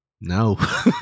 No